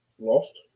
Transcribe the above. lost